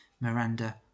Miranda